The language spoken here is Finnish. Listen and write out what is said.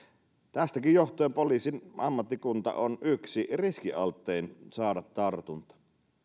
tästäkin johtuen poliisin ammattikunta on yksi riskialttein saada tartunta